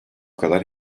kadar